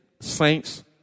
saints